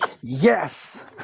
Yes